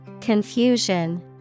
Confusion